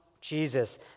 Jesus